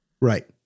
Right